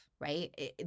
right